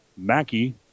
Mackey